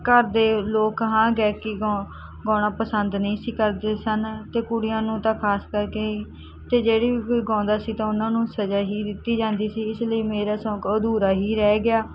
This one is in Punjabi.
ਘਰ ਦੇ ਲੋਕ ਹਾਂ ਗਾਇਕੀ ਗੌ ਗਾਉਣਾ ਪਸੰਦ ਨਹੀਂ ਸੀ ਕਰਦੇ ਸਨ ਅਤੇ ਕੁੜੀਆਂ ਨੂੰ ਤਾਂ ਖਾਸ ਕਰਕੇ ਅਤੇ ਜਿਹੜੀ ਵੀ ਕੋਈ ਗਾਉਂਦਾ ਸੀ ਤਾਂ ਉਹਨਾਂ ਨੂੰ ਸਜ਼ਾ ਹੀ ਦਿੱਤੀ ਜਾਂਦੀ ਸੀ ਇਸ ਲਈ ਮੇਰਾ ਸ਼ੌਕ ਅਧੂਰਾ ਹੀ ਰਹਿ ਗਿਆ